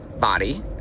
body